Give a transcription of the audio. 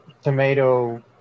tomato